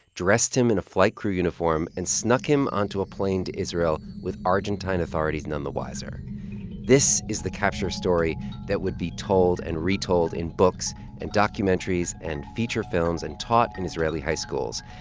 dressed him in a flight crew uniform and snuck him onto a plane to israel with argentine authorities none the wiser this is the capture story that would be told and retold in books and documentaries and feature films and taught in israeli high schools.